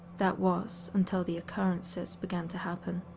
that was until the occurrences began to happen.